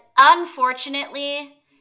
unfortunately